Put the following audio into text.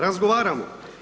Razgovaramo.